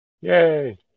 Yay